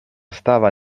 stava